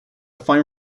fine